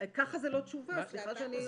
"ככה" זה לא תשובה, וסליחה שאני אומרת.